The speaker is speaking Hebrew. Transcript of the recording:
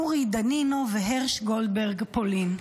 אורי דנינו והרש גולדברג פולין.